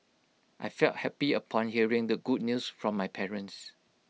I felt happy upon hearing the good news from my parents